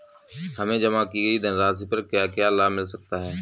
हमें जमा की गई धनराशि पर क्या क्या लाभ मिल सकता है?